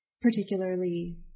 particularly